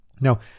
Now